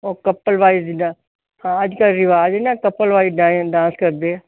ਉਹ couple wise ਜਿੱਦਾਂ ਹਾਂ ਅੱਜ ਕੱਲ੍ਹ ਰਿਵਾਜ਼ ਹੈ ਨਾ ਕਪਲ ਵਾਈਸ ਡਾਂ ਡਾਂਸ ਕਰਦੇ ਹੈ